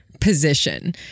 position